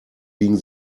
biegen